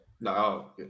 no